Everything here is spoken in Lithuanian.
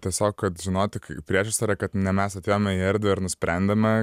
tiesiog kad žinoti priešistorę kad ne mes atėjome į erdvę ir nusprendėme